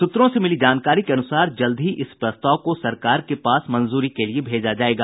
सूत्रों से मिली जानकारी के अनुसार जल्द ही इस प्रस्ताव को सरकार के पास मंजूरी के लिए भेजा जायेगा